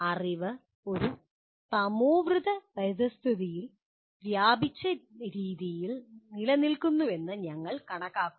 അറിവ് ഒരു തമോവൃതപരിതസ്ഥിതിയിൽ വ്യാപിച്ച രീതിയിൽ നിലനിൽക്കുന്നുവെന്ന് ഞങ്ങൾ കണക്കാക്കുന്നു